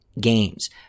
games